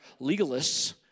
legalists